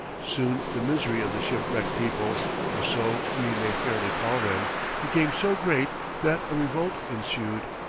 soon the misery of the shipwrecked people for so we may fairly call them became so great that a revolt ensued.